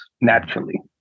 naturally